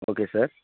okay sir